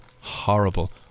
horrible